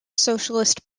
socialist